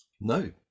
No